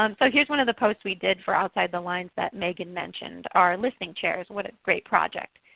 um so here's one of the posts we did for outside the lines that megan mentioned, our listening chairs, what a great project.